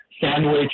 Sandwich